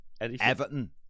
Everton